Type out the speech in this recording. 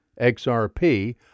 XRP